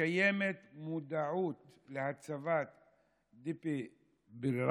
קיימת מודעות להצבת דפיברילטורים